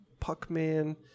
Puckman